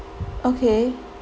okay